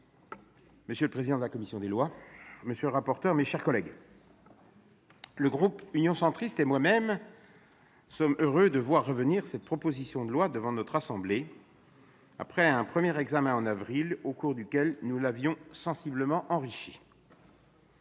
monsieur le président de la commission des lois, monsieur le rapporteur, mes chers collègues, le groupe Union Centriste et moi-même sommes heureux que cette proposition de loi revienne devant notre assemblée, après un premier examen en avril au cours duquel nous l'avions sensiblement enrichie.